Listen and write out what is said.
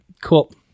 cool